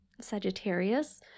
Sagittarius